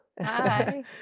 Hi